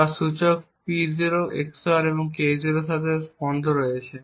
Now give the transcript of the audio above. বা সূচক P0 XOR K0 এর সাথে বন্ধ রয়েছে